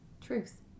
truth